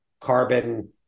carbon